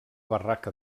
barraca